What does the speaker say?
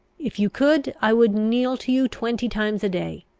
if you could, i would kneel to you twenty times a day!